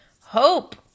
hope